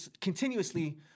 continuously